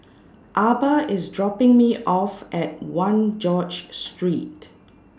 Arba IS dropping Me off At one George Street